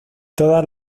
todas